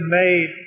made